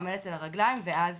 עומדת על הרגליים ואז